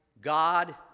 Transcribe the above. God